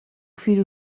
filho